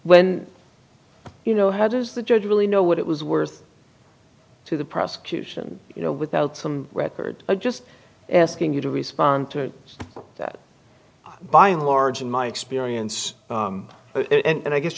when you know how does the judge really know what it was worth to the prosecution you know without some record of just asking you to respond to that by and large in my experience and i guess